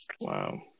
wow